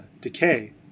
decay